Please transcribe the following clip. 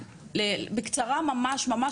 בקצרה ממש ממש,